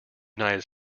united